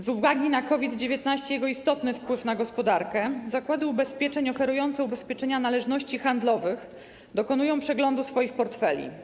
Z uwagi na COVID-19 i jego istotny wpływ na gospodarkę zakłady ubezpieczeń oferujące ubezpieczenia należności handlowych dokonują przeglądu swoich portfeli.